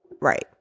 Right